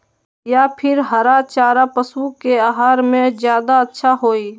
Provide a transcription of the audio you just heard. या फिर हरा चारा पशु के आहार में ज्यादा अच्छा होई?